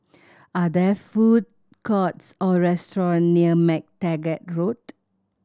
are there food courts or restaurant near MacTaggart Road